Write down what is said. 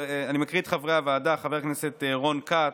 אני מקריא את חברי הוועדה, חבר הכנסת רון כץ,